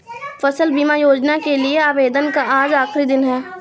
फसल बीमा योजना के लिए आवेदन का आज आखरी दिन है